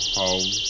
home